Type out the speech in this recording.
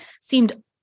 seemed